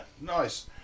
nice